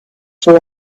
for